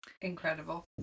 Incredible